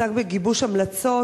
עסק בגיבוש המלצות